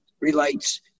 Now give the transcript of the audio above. relates